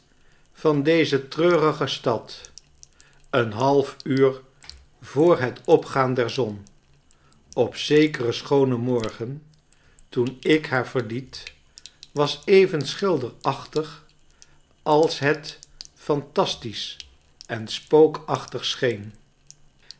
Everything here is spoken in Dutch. van deze treurige stad een half uur voor het opgaan der zon op zekeren schoonen morgen toen ik haar verliet was even schilderachtig als het fantastisch en spook achtig scheen